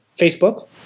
Facebook